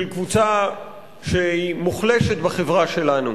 שהיא מוחלשת בחברה שלנו,